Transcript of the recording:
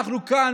אנחנו כאן,